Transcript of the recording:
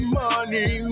money